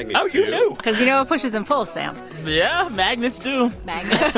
like oh, you knew? because you know what pushes and pulls, sam yeah, magnets do magnets